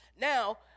Now